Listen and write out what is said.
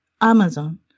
Amazon